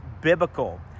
biblical